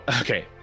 okay